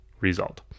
result